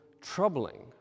troubling